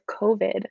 covid